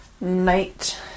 night